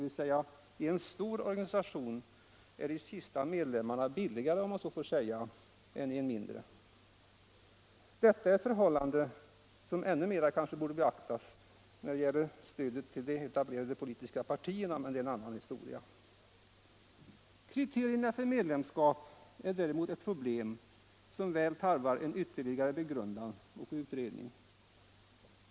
I en stor organisation är alltså de sista medlemmarna billigare, om man så får säga, än i de mindre. Detta är ett förhållande som kanske ännu mera borde beaktas när det gäller stödet till de etablerade politiska partierna, men det är en annan historia. Kriterierna för medlemskap är däremot ett problem som väl tarvar en ytterligare begrundan och utredning.